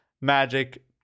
magic